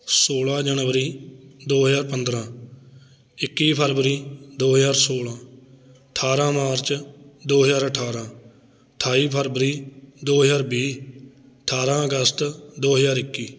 ਸੋਲ੍ਹਾਂ ਜਨਵਰੀ ਦੋ ਹਜ਼ਾਰ ਪੰਦਰਾਂ ਇੱਕੀ ਫਰਵਰੀ ਦੋ ਹਜ਼ਾਰ ਸੋਲ੍ਹਾਂ ਅਠਾਰਾਂ ਮਾਰਚ ਦੋ ਹਜ਼ਾਰ ਅਠਾਰਾਂ ਅਠਾਈ ਫਰਵਰੀ ਦੋ ਹਜ਼ਾਰ ਵੀਹ ਅਠਾਰਾਂ ਅਗਸਤ ਦੋ ਹਜ਼ਾਰ ਇੱਕੀ